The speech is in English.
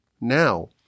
now